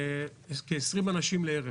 כ-20 אנשים בשנה.